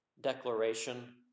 declaration